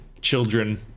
children